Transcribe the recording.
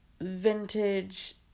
vintage